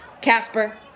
Casper